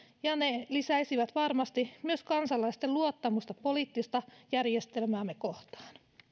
ja ne lisäisivät varmasti myös kansalaisten luottamusta poliittista järjestelmäämme kohtaan